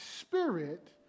spirit